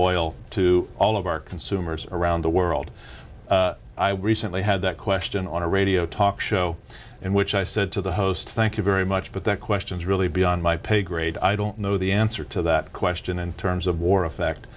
oil to all of our consumers around the world i were recently had that question on a radio talk show in which i said to the host thank you very much but the question is really beyond my pay grade i don't know the answer to that question in terms of war affect